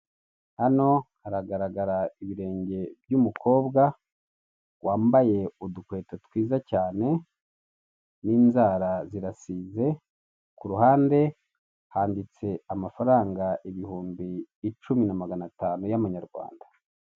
Hano haragaragara ibirenge by'umukobwa, wambaye udukweto twiza cyane n'inzara zirasize, kuruhande handitse amafaranga ibihumbi icumi na magana atanu y'amanyarwanda.